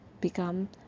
become